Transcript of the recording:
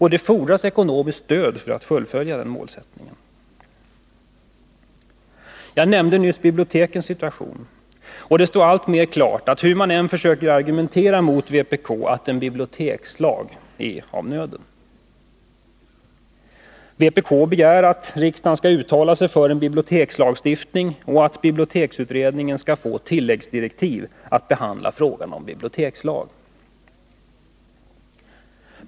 Det fordras ekonomiskt stöd för att man skall kunna fullfölja den målsättningen. Jag nämnde nyss bibliotekens situation. Och det står alltmer klart — hur man än försöker argumentera mot vpk — att en bibliotekslag är av nöden. Vpk begär att riksdagen skall uttala sig för en bibliotekslagstiftning och att biblioteksutredningen skall få tilläggsdirektiv att behandla frågan om bibliotekslag.